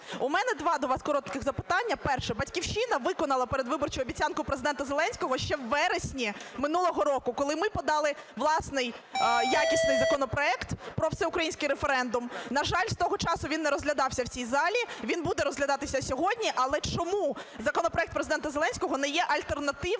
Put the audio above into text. У мене два до вас коротких запитання. Перше. "Батьківщина" виконала передвиборчу обіцянку Президента Зеленського ще у вересні минулого року, коли ми подали власний якісний законопроект про всеукраїнський референдум. На жаль, з того часу він не розглядався в цій залі, він буде розглядатися сьогодні. Але чому законопроект Президента Зеленського не є альтернативним